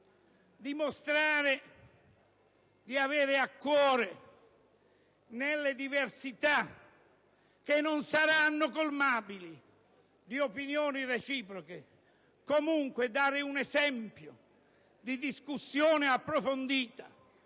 dimostrare di avere a cuore la questione, nelle diversità, che non saranno colmabili, di opinioni reciproche, e dare comunque un esempio di discussione approfondita